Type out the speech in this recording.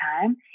time